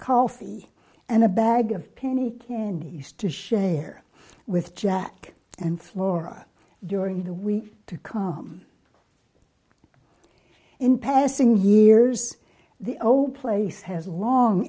coffee and a bag of penny candies to share with jack and flora during the week to come in passing years the old place has long